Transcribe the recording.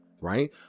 right